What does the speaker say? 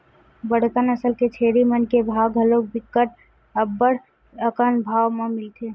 बड़का नसल के छेरी मन के भाव घलोक बिकट अब्बड़ अकन भाव म मिलथे